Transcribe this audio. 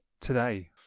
today